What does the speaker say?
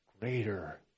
greater